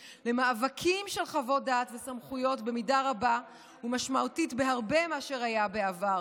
למאבקים של חוות דעת וסמכויות במידה רבה ומשמעותית בהרבה מאשר היה בעבר.